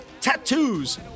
tattoos